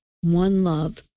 one-love